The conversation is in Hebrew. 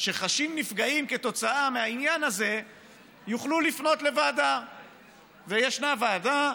שחשים נפגעים כתוצאה מהעניין הזה יוכלו לפנות לוועדה, וישנה ועדה,